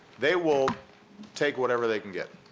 they will take whatever they can get.